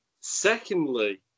Secondly